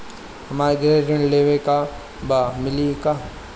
हमरा गृह ऋण लेवे के बा मिली का?